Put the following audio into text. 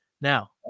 Now